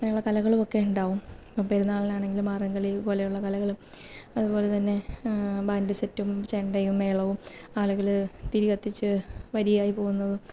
അങ്ങനെയുള്ള കലകളുമൊക്കെ ഉണ്ടാവും ഇപ്പോള് പെരുന്നാളിനാണെങ്കിലും മാർഗ്ഗംകളി പോലെയുള്ള കലകളും അതുപോലെ തന്നെ ബാൻറ്റ് സെറ്റും ചെണ്ടയും മേളവും ആളുകള് തിരി കത്തിച്ച് വരിയായി പോകുന്നതും